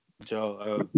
Joe